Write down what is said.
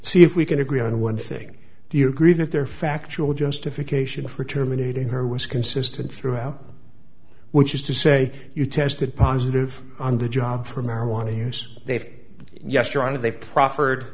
see if we can agree on one thing do you agree that there are factual justification for terminating her was consistent throughout which is to say you tested positive on the job for marijuana use they've made yes your honor they've proffered